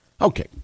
Okay